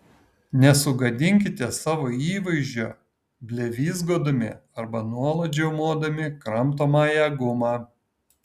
nesugadinkite savo įvaizdžio blevyzgodami arba nuolat žiaumodami kramtomąją gumą